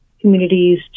communities